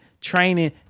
Training